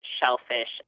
shellfish